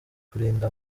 kurinda